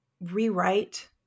rewrite